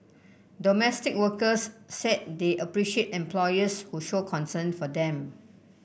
domestic workers said they appreciate employers who show concern for them